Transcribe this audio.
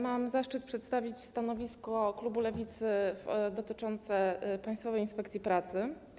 Mam zaszczyt przedstawić stanowisko klubu Lewicy dotyczące projektu ustawy o zmianie ustawy o Państwowej Inspekcji Pracy.